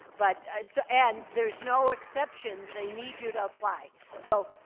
but so and, there's no exceptions, they need you to apply. so,